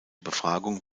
befragung